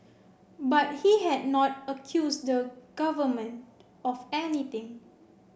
but he had not accused the Government of anything